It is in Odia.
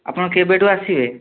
ଆପଣ କେବେଠାରୁ ଆସିବେ